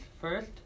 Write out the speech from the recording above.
first